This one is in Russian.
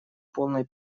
полной